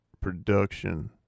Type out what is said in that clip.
production